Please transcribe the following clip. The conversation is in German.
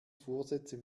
vorsätze